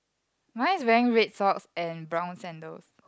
mine is wearing red socks and brown sandals